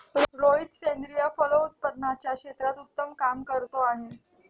रोहित सेंद्रिय फलोत्पादनाच्या क्षेत्रात उत्तम काम करतो आहे